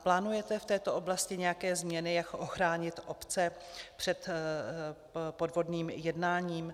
Plánujete v této oblasti nějaké změny, jak ochránit obce před podvodným jednáním?